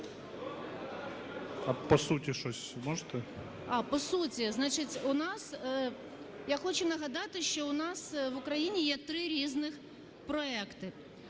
А по суті щось можете? БОНДАР Г.В. По суті. Значить, я хочу нагадати, що у нас в Україні є три різних проекти.